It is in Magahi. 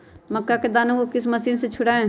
मक्का के दानो को किस मशीन से छुड़ाए?